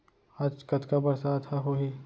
आज कतका बरसात ह होही?